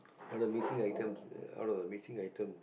or the missing items all the missing item